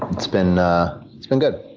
it's been ah it's been good.